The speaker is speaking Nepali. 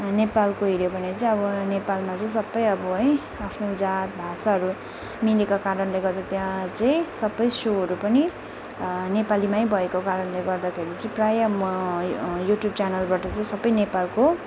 नेपालको हेऱ्यो भने चाहिँ अब नेपालमा चाहिँ सबै अब है आफ्नो जात भाषाहरू मिलेको कारणले गर्दा त्यहाँ चाहिँ सबै सोहरू पनि नेपालीमै भएको कारणले गर्दाखेरि चाहिँ प्रायः म युट्युब च्यानलबाट चाहिँ सबै नेपालको